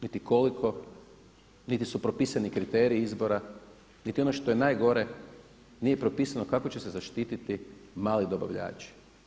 Niti koliko, niti su propisani kriteriji izbora, niti ono što je najgore nije propisano kako će se zaštiti mali dobavljači.